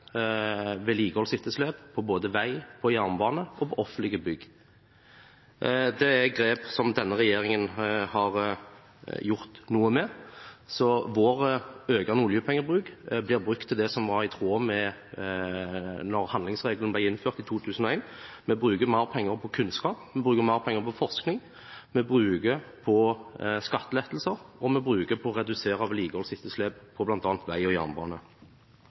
vedlikeholdsetterslep både på vei og jernbane og på offentlige bygg. Dette er noe som denne regjeringen har gjort noe med, så vår økning i oljepengebruk er i tråd med det som var forutsetningen da handlingsregelen ble innført i 2001. Vi bruker mer penger på kunnskap, på forskning, på skattelettelser og på å redusere vedlikeholdsetterslepet på bl.a. vei og jernbane.